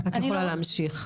את יכולה להמשיך.